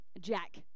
Jack